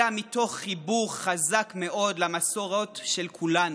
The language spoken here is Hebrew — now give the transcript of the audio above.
אלא מתוך חיבור חזק מאוד למסורות של כולנו,